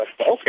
Okay